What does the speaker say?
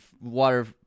water